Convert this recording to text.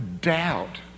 doubt